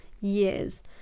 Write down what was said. years